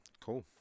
Cool